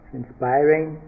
inspiring